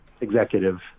executive